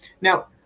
Now